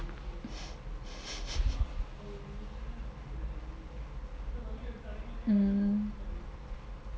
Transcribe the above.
mmhmm